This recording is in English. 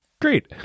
great